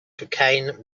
cocaine